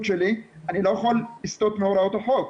שלי אני לא יכול לסטות מהוראות החוק.